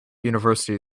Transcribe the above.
university